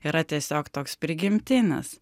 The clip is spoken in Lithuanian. yra tiesiog toks prigimtinis